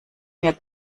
mir